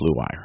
BlueWire